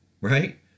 right